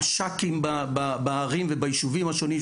מש"קים בהרים וביישובים השונים,